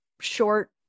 short